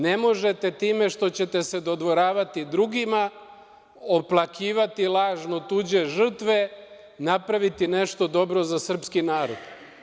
Ne možete time što ćete se dodvoravati drugima, oplakivati lažno tuđe žrtve, napraviti nešto dobro za srpski narod.